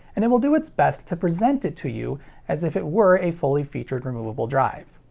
and it will do its best to present it to you as if it were a fully-featured removable drive.